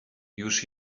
już